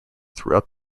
throughout